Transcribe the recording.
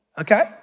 okay